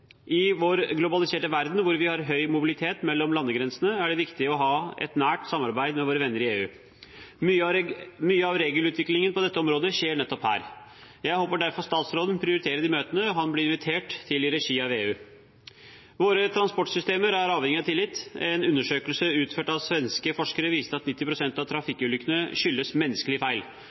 I vår globaliserte verden hvor vi har høy mobilitet mellom landegrensene, er det viktig å ha et nært samarbeid med våre venner i EU. Mye av regelutviklingen på dette området skjer nettopp her. Jeg håper derfor statsråden prioriterer de møtene han blir invitert til i regi av EU. Våre transportsystemer er avhengig av tillit. En undersøkelse utført av svenske forskere viste at 90 pst. av trafikkulykkene skyldes menneskelig feil.